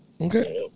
Okay